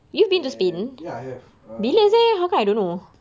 ya I have err